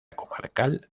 comarcal